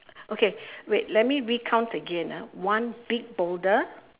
okay wait let me recount again ah one big boulder